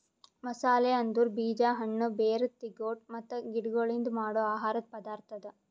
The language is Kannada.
ಮಸಾಲೆ ಅಂದುರ್ ಬೀಜ, ಹಣ್ಣ, ಬೇರ್, ತಿಗೊಟ್ ಮತ್ತ ಗಿಡಗೊಳ್ಲಿಂದ್ ಮಾಡೋ ಆಹಾರದ್ ಪದಾರ್ಥ ಅದಾ